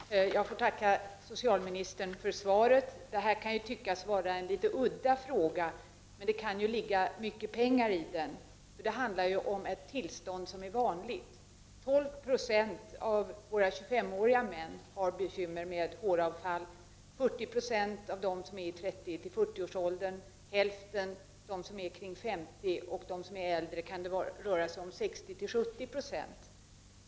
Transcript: Herr talman! Jag får tacka socialministern för svaret. Det här kan tyckas vara en litet udda fråga. Men det kan ligga mycket pengar i detta. Det handlar ju om ett vanligt tillstånd. 12 96 av våra 25-åriga män har nämligen bekymmer med håravfall. För 40 96 av män i 30-40 års ålder, för 50 96 av män kring 50 och för 60-70 926 av äldre kan detta vara ett bekymmer.